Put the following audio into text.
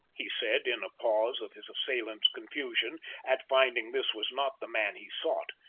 he said in a pause of his assailant's confusion at finding this was not the man he sought.